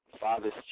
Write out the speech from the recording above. Father's